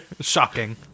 Shocking